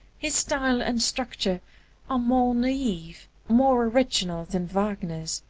his style and structure are more naive, more original than wagner's,